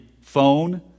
phone